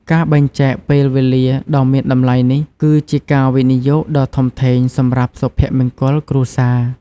ការបែងចែកពេលវេលាដ៏មានតម្លៃនេះ គឺជាការវិនិយោគដ៏ធំធេងសម្រាប់សុភមង្គលគ្រួសារ។